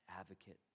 advocate